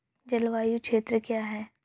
जलवायु क्षेत्र क्या है?